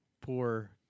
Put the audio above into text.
poor